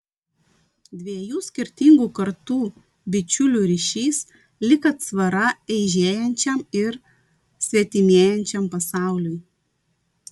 dviejų skirtingų kartų bičiulių ryšys lyg atsvara eižėjančiam ir svetimėjančiam pasauliui